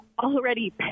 already